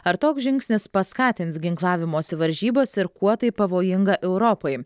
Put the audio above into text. ar toks žingsnis paskatins ginklavimosi varžybas ir kuo tai pavojinga europai